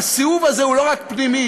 והסיאוב הזה הוא לא רק פנימי,